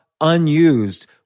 unused